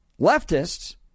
leftists